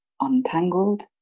untangled